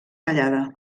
tallada